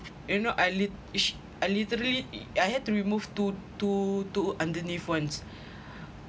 you know I lit~ I literally I had to remove two two underneath ones